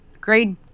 grade